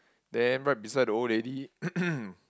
then right beside the old lady